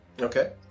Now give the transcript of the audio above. Okay